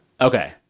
Okay